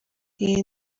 iyi